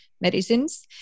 medicines